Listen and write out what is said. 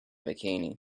bikini